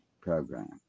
program